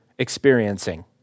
experiencing